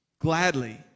gladly